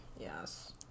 Yes